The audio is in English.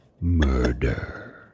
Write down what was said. murder